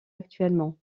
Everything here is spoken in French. actuellement